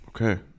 Okay